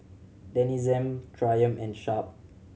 Denizen Triumph and Sharp